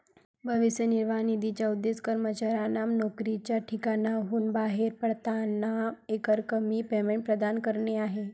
भविष्य निर्वाह निधीचा उद्देश कर्मचाऱ्यांना नोकरीच्या ठिकाणाहून बाहेर पडताना एकरकमी पेमेंट प्रदान करणे आहे